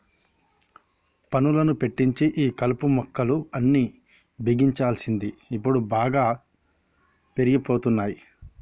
పనులను పెట్టించి ఈ కలుపు మొక్కలు అన్ని బిగించాల్సింది ఇప్పుడు బాగా పెరిగిపోతున్నాయి